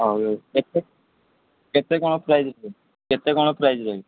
ହଉ କେତେ କେତେ କଣ ପ୍ରାଇସ୍ ଆସିବ କେତେ କଣ ପ୍ରାଇସ୍ ରହିବ